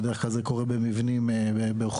כי בדרך כלל זה גם קורה במבנים של אוכלוסיות